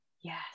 Yes